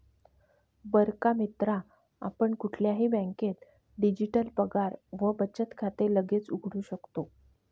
बर का मित्रा आपण कुठल्याही बँकेत डिजिटल पगार व बचत खाते लगेच उघडू शकतो